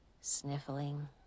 sniffling